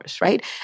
right